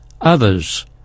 Others